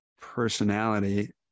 personality